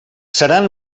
seran